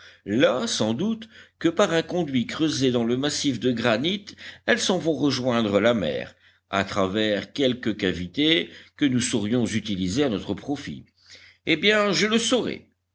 là sans doute que par un conduit creusé dans le massif de granit elles s'en vont rejoindre la mer à travers quelques cavités que nous saurions utiliser à notre profit eh bien je le saurai